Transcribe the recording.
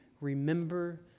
remember